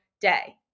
day